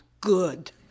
good